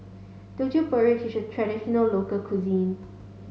Teochew porridge is a traditional local cuisine